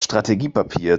strategiepapier